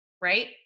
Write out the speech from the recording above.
right